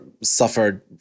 suffered